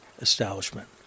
establishment